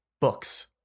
books